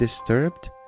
disturbed